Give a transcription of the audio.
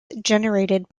generated